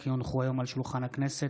כי הונחו היום על שולחן הכנסת,